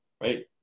right